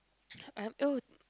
I am oh